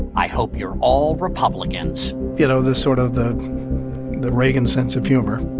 i hope you're all republicans you know, the sort of the the reagan sense of humor